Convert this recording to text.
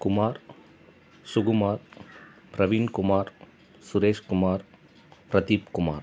Kumar Sukumar Praveen Kumar Suresh Kumar Pradeep Kumar